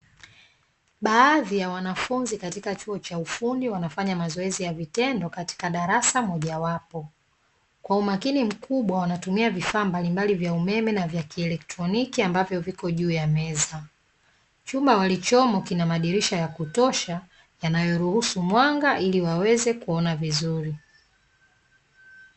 Baadhi ya wanafunzi katika chuo cha ufundi wanafanya mazoezi ya vitendo katika darasa mojawapo. Kwa umakini mkubwa wanatumia vifaa mbalimbali vya umeme na vya kieletroniki ambavyo viko juu ya meza. Chumba walichomo kina madirisha ya kutosha yanayoruhusu mwanga ili waweza kuona vizuri.